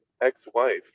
ex-wife